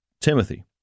Timothy